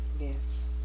yes